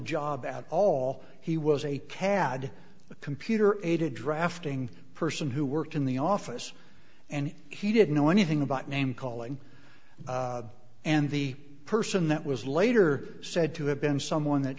job at all he was a cad computer aided drafting person who worked in the office and he didn't know anything about name calling and the person that was later said to have been someone that